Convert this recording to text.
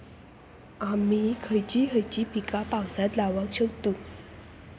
आम्ही खयची खयची पीका पावसात लावक शकतु?